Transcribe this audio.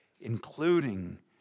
including